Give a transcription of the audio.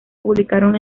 publicaron